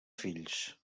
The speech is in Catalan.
fills